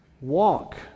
Walk